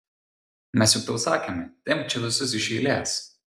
mes juk tau sakėme tempk čia visus iš eilės